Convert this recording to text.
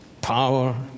power